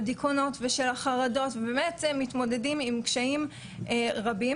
יחד עם הגברת האכיפה והתאמתה לסביבה הדיגיטלית.